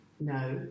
No